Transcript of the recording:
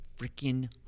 freaking